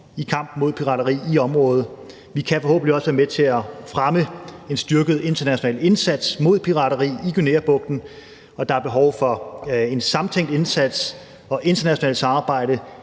i kampen mod pirateri i området. Vi kan forhåbentlig også være med til at fremme en styrket international indsats mod pirateri i Guineabugten. Der er behov for en samtænkt indsats og et internationalt samarbejde,